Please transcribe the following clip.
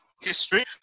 history